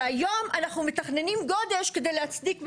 שהיום אנחנו מתכננים גודש כדי להצדיק מטרו.